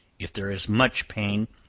if there is much pain,